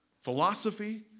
philosophy